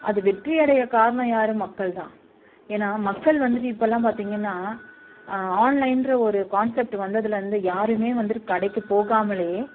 அது வெற்றியடைய காரணம் யார் மக்கள்தான் ஏன்னா மக்கள் வந்துவிட்டு இப்போல்லாம் பார்த்திங்கன்னா ஆன்லைன்ற ஒரு கான்சப்ட்டு வந்ததுலேருந்து யாருமே வந்துவிட்டு கடைக்கு போகாமலேயே